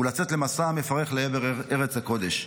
ולצאת למסע המפרך לעבר ארץ הקודש.